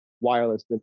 wireless